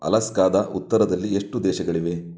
ಅಲಸ್ಕಾದ ಉತ್ತರದಲ್ಲಿ ಎಷ್ಟು ದೇಶಗಳಿವೆ